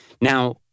Now